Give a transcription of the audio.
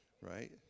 Right